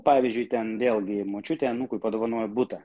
pavyzdžiui ten vėlgi močiutė anūkui padovanojo butą